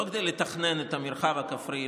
לא כדי לתכנן את המרחב הכפרי,